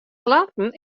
klanten